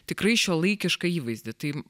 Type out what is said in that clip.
tikrai šiuolaikišką įvaizdį tai